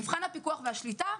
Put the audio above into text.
במבחן הפיקוח והשליטה,